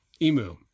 Emu